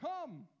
come